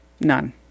None